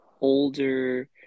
older